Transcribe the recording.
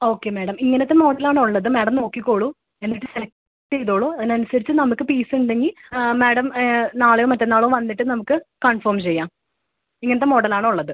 okay madam ഇങ്ങനത്ത മോഡലാണുള്ളത് madam നോക്കിക്കോളൂ എന്നിട്ട് സെലക്ട് ചെയ്തോളൂ അതിന് അനുസരിച്ച് നമുക്ക് പീസുണ്ടെങ്കിൽ മാഡം നാളെയോ മറ്റന്നാളോ വന്നിട്ട് നമുക്ക് കൺഫേം ചെയ്യാം ഇങ്ങനത്തെ മോഡലാണുള്ളത്